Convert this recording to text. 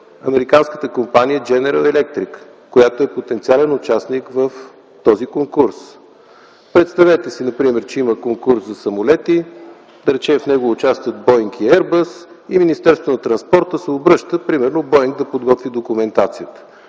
американската компания „Дженеръл електрик”, която е потенциален участник в този конкурс. Представете си например, че има конкурс за самолети, да речем, че в него участват „Боинг” и „Еърбъс”, и Министерството на транспорта се обръща примерно „Боинг” да подготви документацията.